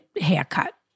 haircut